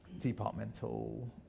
departmental